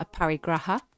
aparigraha